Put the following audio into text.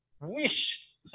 wish